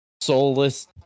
soulless